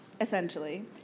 essentially